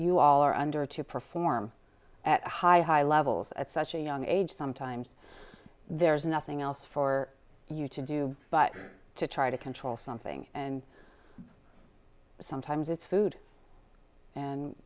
you all are under to perform at high high levels at such a young age sometimes there's nothing else for you to do but to try to control something and sometimes it's food and